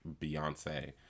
Beyonce